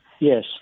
Yes